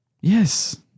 Yes